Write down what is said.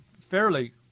fairly